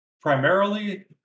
primarily